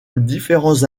différents